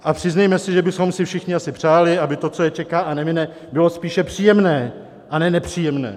A přiznejme si, že bychom si všichni asi přáli, aby to, co je čeká a nemine, bylo spíše příjemné a ne nepříjemné.